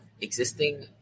existing